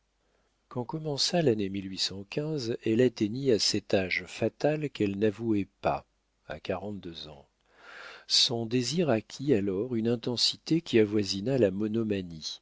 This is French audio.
quand commença lannée elle atteignit à cet âge fatal qu'elle n'avouait pas à quarante-deux ans son désir acquit alors une intensité qui avoisina la monomanie